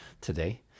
today